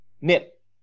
nip